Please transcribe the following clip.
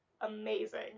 amazing